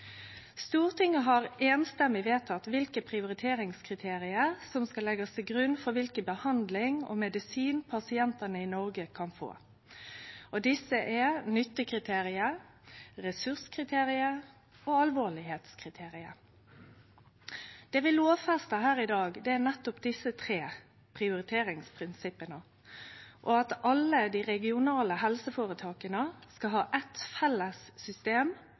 Stortinget har einstemmig vedteke kva prioriteringskriterium som skal leggjast til grunn for dei behandlingar og medisinar pasientane i Noreg kan få. Det er nyttekriteriet, resurskriteriet og alvorskriteriet. Det vi lovfestar i dag, er nettopp desse tre prioriteringsprinsippa, og at alle dei regionale helseføretaka skal ha eit felles system